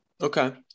Okay